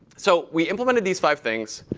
so we implemented these five things,